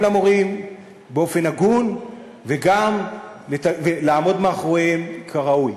למורים באופן הגון וגם לעמוד מאחוריהם כראוי.